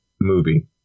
movie